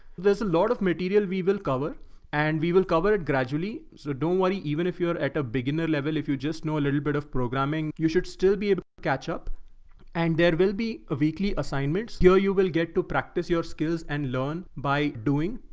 there's a lot of material we will cover and we will cover it gradually. so don't worry, even if you're at a beginner level, if you just know a little bit of programming. you should still be able to catch up and there will be a weekly assignments here, you will get to practice your skills and learn by doing.